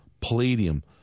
palladium